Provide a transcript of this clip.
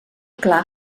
clar